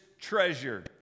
treasure